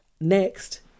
next